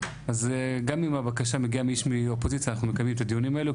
אז גם אם הבקשה מגיעה מאיש אופוזיציה אנחנו מקיימים את הדיונים האלו,